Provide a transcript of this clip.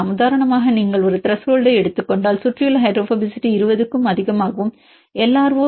உதாரணமாக நீங்கள் ஒரு குறிப்பிட்ட த்ரெஷோல்ட்ஐ எடுத்துக் கொண்டால் சுற்றியுள்ள ஹைட்ரோபோபசிட்டி 20 க்கும் அதிகமாகவும் எல்